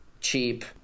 cheap